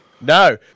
No